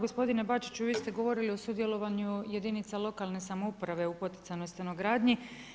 Gospodine Bačiću, vi ste govorili o sudjelovanju jedinica lokalne samouprave u poticanoj stanogradnji.